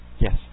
Yes